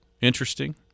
interesting